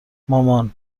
مامان